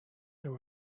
there